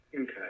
Okay